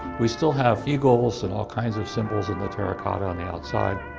we still have eagles and all kinds of symbols in the terracotta on the outside,